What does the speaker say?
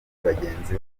bagenzi